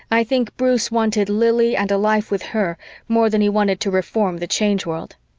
i think bruce wanted lili and a life with her more than he wanted to reform the change world.